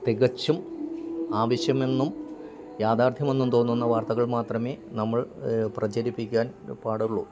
തികച്ചും ആവശ്യമെന്നും യാഥാർത്ഥ്യമെന്നും തോന്നുന്ന വാർത്തകൾ മാത്രമേ നമ്മൾ പ്രചരിപ്പിക്കാൻ പാടുള്ളു